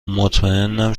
مطمیئنم